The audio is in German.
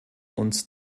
uns